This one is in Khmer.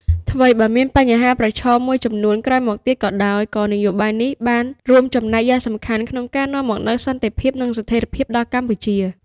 ថ្វីបើមានបញ្ហាប្រឈមមួយចំនួនក្រោយមកទៀតក៏ដោយ ក៏នយោបាយនេះបានរួមចំណែកយ៉ាងសំខាន់ក្នុងការនាំមកនូវសន្តិភាព និងស្ថិរភាពដល់កម្ពុជា។